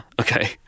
okay